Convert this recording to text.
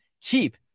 keep